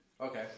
Okay